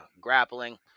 grappling